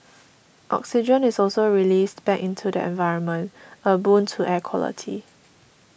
oxygen is also released back into the environment a boon to air quality